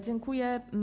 Dziękuję.